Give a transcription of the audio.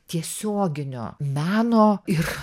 tiesioginio meno ir